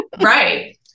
Right